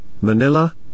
Manila